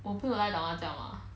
我朋友来打麻将 mah